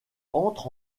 entre